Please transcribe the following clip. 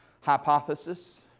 hypothesis